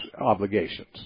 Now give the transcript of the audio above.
obligations